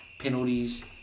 Penalties